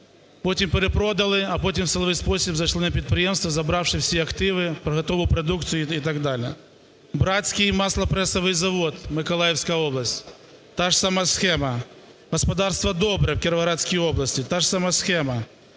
Потім перепродали, а потім в силовий спосіб зайшли на підприємство забравши всі активи, готову продукцію і так далі. Братський маслопресовий завод, Миколаївська область, та ж сама схема. Господарство "Добре" в Кіровоградській області – та ж сама схема.